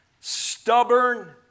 stubborn